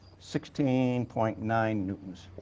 sixteen point nine newtons.